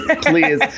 please